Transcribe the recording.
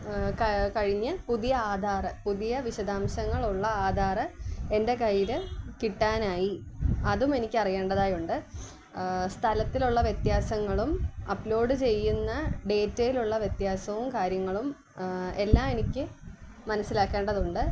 കഴിഞ്ഞ് പുതിയ ആധാർ പുതിയ വിശദാംശങ്ങളുള്ള ആധാർ എൻ്റെ കയ്യിൽ കിട്ടാനായി അതും എനിക്ക് അറിയേണ്ടതായുണ്ട് സ്ഥലത്തിലുള്ള വ്യത്യാസങ്ങളും അപ്ലോഡ് ചെയ്യുന്ന ഡാറ്റയിൽ ഉള്ള വ്യത്യാസവും കാര്യങ്ങളും എല്ലാം എനിക്ക് മനസ്സിലാക്കേണ്ടതുണ്ട്